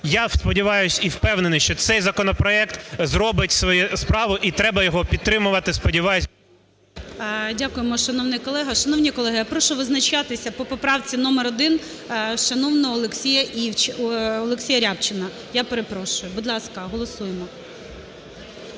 Я сподіваюсь і впевнений, що цей законопроект зробить свою справу і треба його підтримувати. Сподіваюсь… ГОЛОВУЮЧИЙ. Дякуємо, шановний колега. Шановні колеги! Я прошу визначатись по поправці номер 1 шановного Олексія… Олексія Рябчина, я перепрошую. Будь ласка, голосуємо.